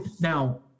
Now